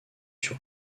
sur